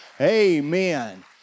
Amen